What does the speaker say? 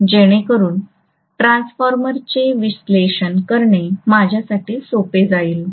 जेणेकरून ट्रान्सफॉर्मरचे विश्लेषण करणे माझ्यासाठी सोपे होईल